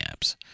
apps